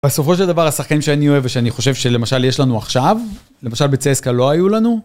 בסופו של דבר, השחקים שאני אוהב, ושאני חושב שלמשל יש לנו עכשיו, למשל בצסקה לא היו לנו.